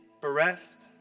bereft